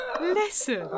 Listen